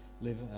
live